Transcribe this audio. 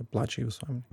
plačiai visuomenei